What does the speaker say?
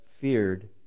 feared